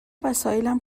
وسایلم